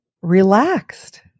relaxed